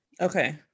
Okay